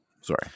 Sorry